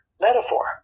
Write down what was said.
metaphor